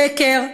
שקר.